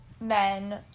men